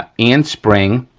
and spring,